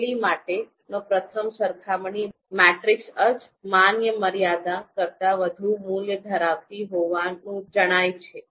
શૈલી માટે નો પ્રથમ સરખામણી મેટ્રિક્સ જ માન્ય મર્યાદા કરતાં વધુ મૂલ્ય ધરાવતી હોવાનું જણાય છે